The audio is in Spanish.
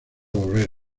volver